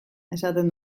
esaten